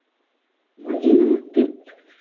हाँ जी नमस्ते